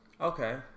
Okay